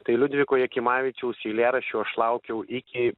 tai liudviko jakimavičiaus eilėraščių aš laukiau iki